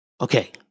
Okay